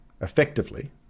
effectively